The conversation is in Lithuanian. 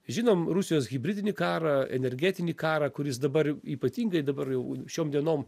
žinom rusijos hibridinį karą energetinį karą kuris dabar ypatingai dabar jau šiom dienom